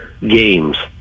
games